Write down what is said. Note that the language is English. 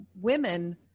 women